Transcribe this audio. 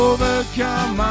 Overcome